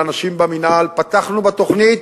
לאנשים במינהל: פתחנו בתוכנית?